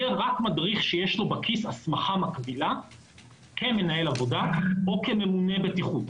יהיה רק מדריך שיש לו בכיס הסמכה מקבילה כמנהל עבודה או כממונה בטיחות.